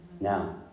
now